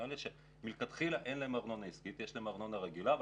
מלכתחילה הם נדרשים לשלם ארנונה רגילה.